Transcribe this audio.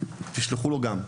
לשלוח משהו קטן,